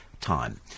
time